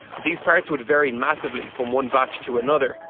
these part would vary massively from one batch to another,